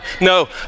No